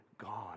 God